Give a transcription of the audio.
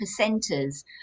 percenters